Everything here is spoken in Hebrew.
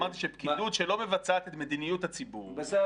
אמרתי שפקידות שלא מבצעת את מדיניות הציבור -- בסדר